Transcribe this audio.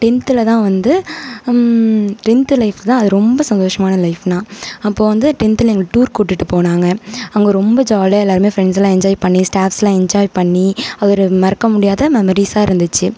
டென்த்தில்தான் வந்து tenth life தான் அது ரொம்ப சந்தோஷமான லைஃப்னால் அப்போது வந்து டென்த்தில் எங்களை டூர் கூட்டிகிட்டுப் போனாங்க அங்கே ரொம்ப ஜாலியாக எல்லாேருமே ஃப்ரெண்ட்ஸெல்லாம் என்ஜாய் பண்ணி ஸ்டாஃப்ஸ்ஸெல்லாம் என்ஜாய் பண்ணி அது ஒரு மறக்க முடியாத மெமரீஸாக இருந்துச்சு